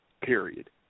period